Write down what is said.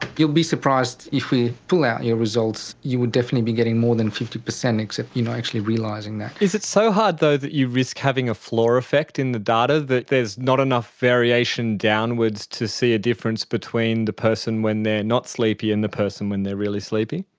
you'll be surprised if we pull out your results, you would definitely be getting more than fifty percent except you're not you know actually realising that. is it so hard though that you risk having a flaw effect in the data, that there's not enough variation downwards to see a difference between the person when they're not sleepy and the person when they're really sleepy?